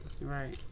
Right